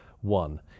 one